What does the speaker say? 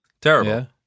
Terrible